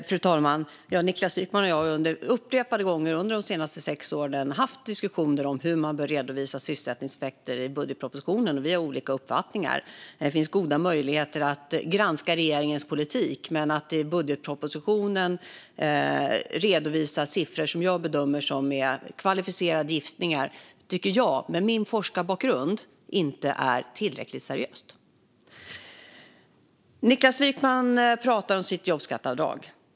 Fru talman! Niklas Wykman och jag har upprepade gånger under de senaste sex åren haft diskussioner om hur man bör redovisa sysselsättningseffekter i budgetpropositionen, och vi har olika uppfattningar. Det finns goda möjligheter att granska regeringens politik. Men att i budgetpropositionen redovisa siffror som jag bedömer som kvalificerade gissningar tycker jag, med min forskarbakgrund, inte är tillräckligt seriöst. Niklas Wykman pratar om sitt jobbskatteavdrag.